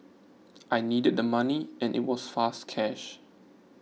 I needed the money and it was fast cash